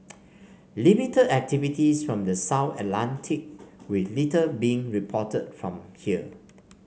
limited activities from the South Atlantic with little being reported from here